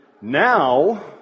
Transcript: Now